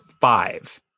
five